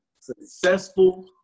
successful